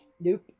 Nope